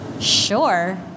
sure